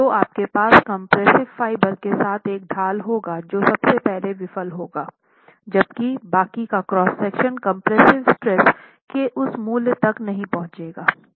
तो आपके पास कम्प्रेस्सिव फाइबर के साथ एक ढाल होगा जो सबसे पहले विफल होगा जबकि बाकी का क्रॉस सेक्शन कंप्रेसिव स्ट्रेस के उस मूल्य तक नहीं पहुँचेगा